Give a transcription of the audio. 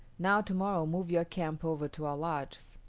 now to-morrow move your camp over to our lodges.